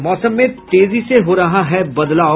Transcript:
और मौसम में तेजी से हो रहा है बदलाव